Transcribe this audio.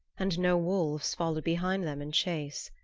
and no wolves followed behind them in chase.